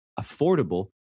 affordable